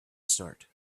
start